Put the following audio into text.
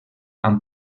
amb